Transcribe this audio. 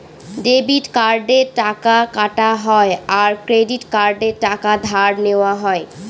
debit কার্ডে টাকা কাটা হয় আর ক্রেডিট কার্ডে টাকা ধার নেওয়া হয়